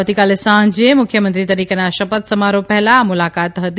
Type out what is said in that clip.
આવતીકાલે સાંજ મુખ્યમંત્રી તરીકેના શપથ સમારોહ પહેલાં આ મુલાકાત હતી